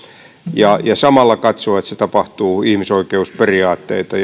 ja samalla katsoa että se tapahtuu ihmisoikeusperiaatteita